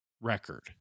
record